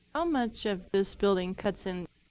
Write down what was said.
um much of this building cuts in,